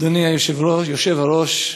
אדוני היושב-ראש,